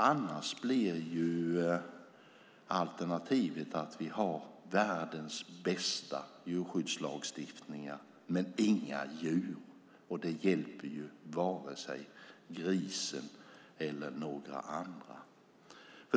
Annars blir alternativet att vi har världens bästa djurskyddslagstiftning men inga djur. Detta hjälper varken grisarna eller några andra.